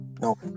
no